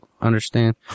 understand